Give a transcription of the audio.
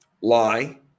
Lie